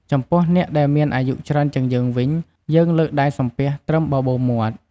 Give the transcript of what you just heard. ចំពោះអ្នកដែលមានអាយុច្រើនជាងយើងវិញ យើងលើកដៃសំពះត្រឹមបបូរមាត់។